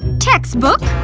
textbook.